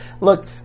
Look